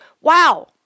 Wow